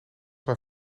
naar